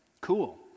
Cool